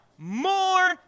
More